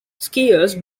skiers